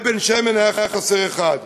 לבן-שמן היה חסר אחד,